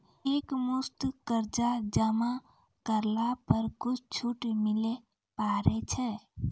एक मुस्त कर्जा जमा करला पर कुछ छुट मिले पारे छै?